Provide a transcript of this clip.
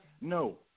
no